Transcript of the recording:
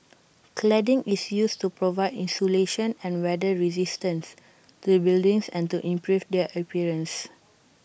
cladding is used to provide insulation and weather resistance to buildings and to improve their appearance